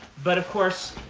but of course,